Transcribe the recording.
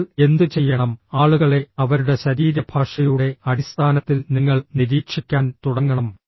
നിങ്ങൾ എന്തുചെയ്യണം ആളുകളെ അവരുടെ ശരീരഭാഷയുടെ അടിസ്ഥാനത്തിൽ നിങ്ങൾ നിരീക്ഷിക്കാൻ തുടങ്ങണം